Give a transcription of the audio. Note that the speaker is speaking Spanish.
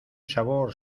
sabor